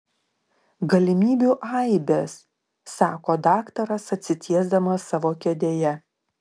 galimybių aibės sako daktaras atsitiesdamas savo kėdėje